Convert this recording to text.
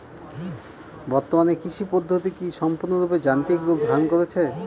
বর্তমানে কৃষি পদ্ধতি কি সম্পূর্ণরূপে যান্ত্রিক রূপ ধারণ করেছে?